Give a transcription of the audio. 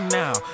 now